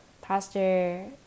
Pastor